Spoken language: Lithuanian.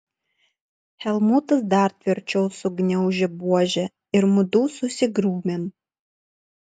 helmutas dar tvirčiau sugniaužė buožę ir mudu susigrūmėm